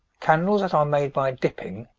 candles that are made by dipping,